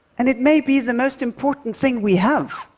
and it may be the most important thing we have,